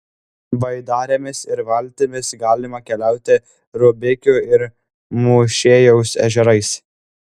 baidarėmis ir valtimis galima keliauti rubikių ir mūšėjaus ežerais